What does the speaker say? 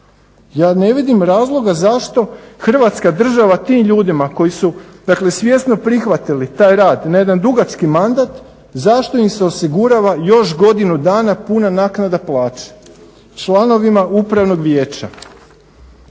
Ja ne vidim razloga zašto Hrvatska država tim ljudima koji su svjesno prihvatili taj rad na jedan dugački mandat, zašto im se osigurava još godinu dana puna naknada plaće članovima upravnog vijeća?